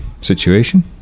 situation